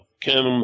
Kim